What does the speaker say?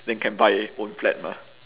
then can buy own flat mah